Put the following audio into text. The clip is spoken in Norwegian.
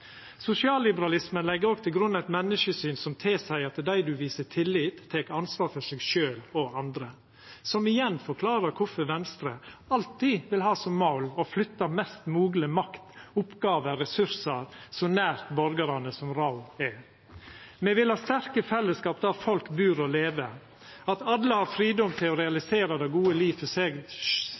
Sosialliberalismen legg òg til grunn eit menneskesyn som tilseier at dei ein viser tillit, tek ansvar for seg sjølv og andre, noko som igjen forklarar kvifor Venstre alltid vil ha som mål å flytta mest mogleg makt, oppgåver og ressursar så nær borgarane som råd er. Me vil ha sterke fellesskap der folk bur og lever, at alle har fridom til å realisera det gode liv for seg